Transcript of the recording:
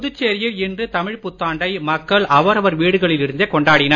புதுச்சேரியில் இன்று தமிழ் புத்தாண்டை மக்கள் அவரவர் வீடுகளில் இருந்தே கொண்டாடினர்